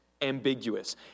ambiguous